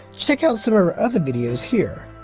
check out some of our other videos here.